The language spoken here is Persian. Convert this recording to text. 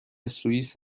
سوئیس